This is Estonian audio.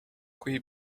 kui